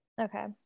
okay